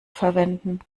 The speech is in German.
verwenden